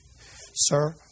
Sir